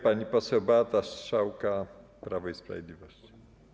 Pani poseł Beata Strzałka, Prawo i Sprawiedliwość.